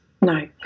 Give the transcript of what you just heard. no